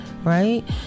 Right